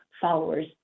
followers